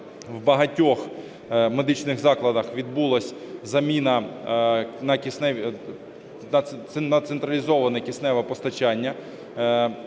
в багатьох медичних закладах відбулась заміна на централізоване кисневе постачання.